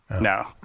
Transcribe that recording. no